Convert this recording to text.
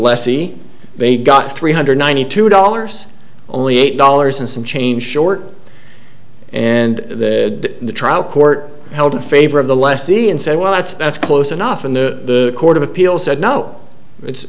lessee they got three hundred ninety two dollars only eight dollars and some change short and the trial court held in favor of the lessee and said well that's that's close enough and the court of appeals said no it's